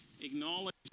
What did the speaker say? acknowledge